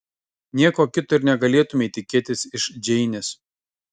nieko kito ir negalėtumei tikėtis iš džeinės